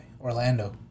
Orlando